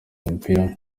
mupira